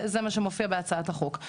זה מה שמופיע בהצעת החוק.